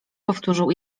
powtórzył